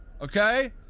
Okay